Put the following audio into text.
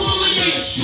Foolish